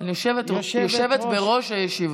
יושבת בראש הישיבה.